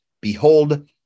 Behold